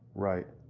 right.